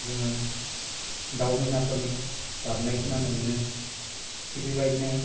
जोङो दाव मैनाफोरनि गाबनाय खोनानो मोनो थिग बेबायदिनो